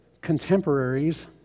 contemporaries